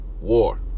war